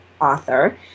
author